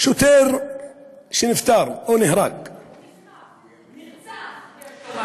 שוטר שנפטר או נהרג, נרצח, נרצח.